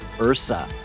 Ursa